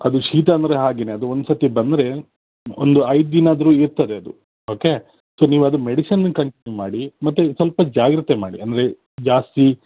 ಅದು ಶೀತ ಅಂದರೆ ಹಾಗೆಯೇ ಅದು ಒಂದ್ಸರ್ತಿ ಬಂದರೆ ಒಂದು ಐದು ದಿನಾದರೂ ಇರ್ತದೆ ಅದು ಓಕೆ ಸೊ ನೀವು ಅದು ಮೆಡಿಸಿನ್ ಕಂಟಿನ್ಯೂ ಮಾಡಿ ಮತ್ತು ಸ್ವಲ್ಪ ಜಾಗ್ರತೆ ಮಾಡಿ ಅಂದರೆ ಜಾಸ್ತಿ